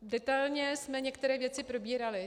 Detailně jsme některé věci probírali.